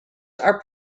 are